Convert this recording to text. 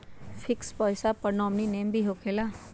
Fix पईसा पर nominee name भी होकेला?